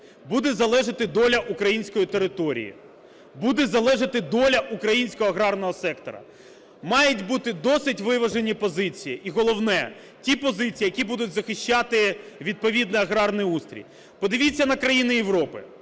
буде залежати доля української території, буде залежати доля українського аграрного сектору. Мають бути досить виважені позиції, і головне, ті позиції, які будуть захищати відповідно аграрний устрій. Подивіться на країни Європи,